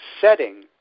setting